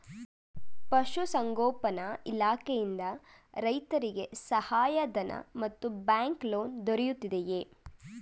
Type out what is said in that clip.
ಪಶು ಸಂಗೋಪನಾ ಇಲಾಖೆಯಿಂದ ರೈತರಿಗೆ ಸಹಾಯ ಧನ ಮತ್ತು ಬ್ಯಾಂಕ್ ಲೋನ್ ದೊರೆಯುತ್ತಿದೆಯೇ?